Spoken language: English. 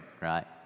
right